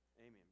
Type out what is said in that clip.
Amen